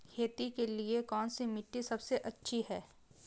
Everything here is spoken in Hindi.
खेती के लिए कौन सी मिट्टी सबसे अच्छी है?